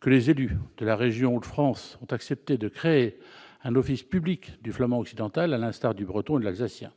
que les élus de la région Hauts-de-France ont accepté de créer un office public du flamand occidental, à l'instar du breton et de l'alsacien.